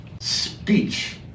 speech